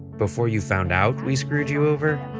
before you found out we screwed you over.